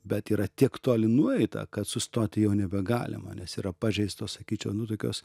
bet yra tiek toli nueita kad sustoti jau nebegalima nes yra pažeistos sakyčiau nu tokios